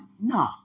no